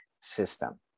system